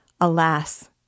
Alas